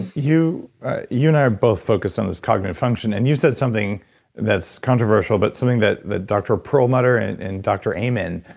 you you and i are both focused on this cognitive function, and you said something that's controversial, but something that dr. perlmutter and and dr. amen,